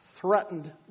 threatened